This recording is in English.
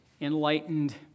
enlightened